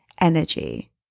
energy